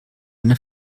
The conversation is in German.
eine